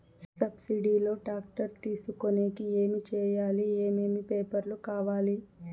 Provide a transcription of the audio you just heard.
Subsidy లో tractor తీసుకొనేకి ఏమి చేయాలి? ఏమేమి పేపర్లు కావాలి?